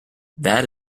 that